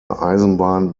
eisenbahn